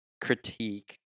critique